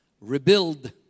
rebuild